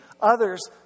others